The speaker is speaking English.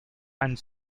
and